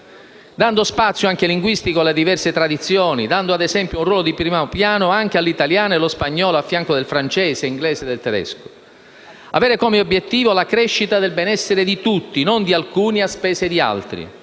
dando spazio, anche linguistico, alle diverse tradizioni e dando, ad esempio, un ruolo di primo piano anche all'italiano e allo spagnolo a fianco del francese, dell'inglese e del tedesco, e avere come obiettivo la crescita del benessere di tutti, non di alcuni a spese di altri.